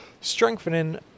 strengthening